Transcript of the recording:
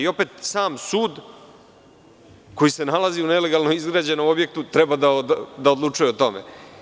Opet sam sud, koji se nalazi u nelegalno izgrađenom objektu, treba da odlučuje o tome.